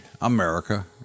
America